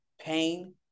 pain